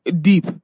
deep